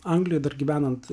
anglijoje dar gyvenant